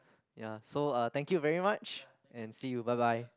ya so thank you very much and see you bye bye